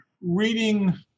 reading